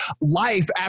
life